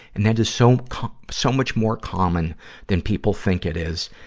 and that is so, so much more common than people think it is,